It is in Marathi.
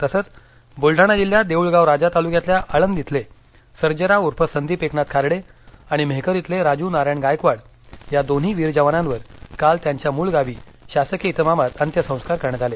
तसंच बुलढाणा जिल्ह्यात देऊळगावराजा तालुक्यातल्या आळंद इथले सर्जेराव ऊर्फ संदीप एकनाथ खार्डे आणि मेहकर इथले राजू नारायण गायकवाड या दोन्ही वीर जवानांवर काल त्यांच्या मुळ गावी शासकीय इतमामात अंत्यसंस्कार करण्यात आले